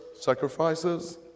sacrifices